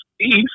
East